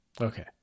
Okay